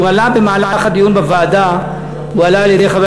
במהלך הדיונים בוועדה הועלתה על-ידי חבר